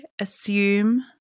assume